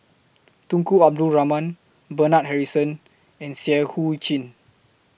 Tunku Abdul Rahman Bernard Harrison and Seah EU Chin